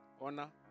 Honor